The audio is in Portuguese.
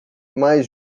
mais